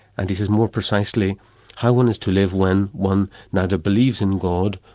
and this is more precisely how one is to live when one neither believes in god,